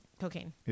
cocaine